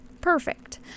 Perfect